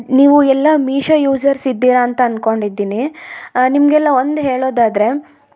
ನೀವು ಎಲ್ಲ ಮೀಶೊ ಯೂಸರ್ಸ್ ಇದ್ದೀರಾ ಅಂತ ಅನ್ಕೊಂಡಿದ್ದೀನಿ ನಿಮಗೆಲ್ಲ ಒಂದು ಹೇಳೋದಾದರೆ